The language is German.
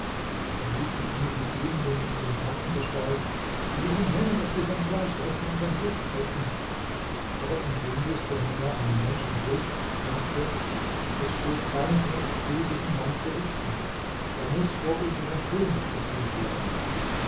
da riefen einige genien in elefantengestalt gib ihn her daß wir sein fleisch essen und sein blut trinken aber ein genius der mehr einem menschen glich sagte es steht keinem von uns zu diesen mann zu richten er muß vor unseren könig geführt werden